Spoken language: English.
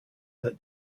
that